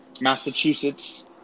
Massachusetts